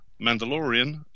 Mandalorian